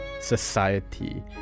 society